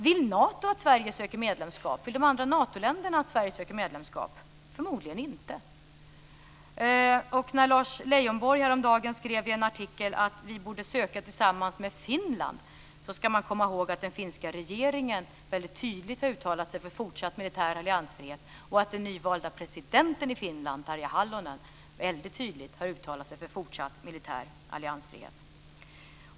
Vill Nato att Sverige söker medlemskap? Vill de andra Natoländerna att Sverige söker medlemskap? Det vill de förmodligen inte. När Lars Leijonborg häromdagen skrev i en artikel att vi borde söka tillsammans med Finland ska man komma ihåg att den finska regeringen och den nyvalda presidenten i Finland, Tarja Halonen, väldigt tydligt har uttalat sig för en fortsatt militär alliansfrihet.